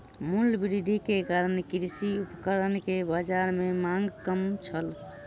मूल्य वृद्धि के कारण कृषि उपकरण के बाजार में मांग कम छल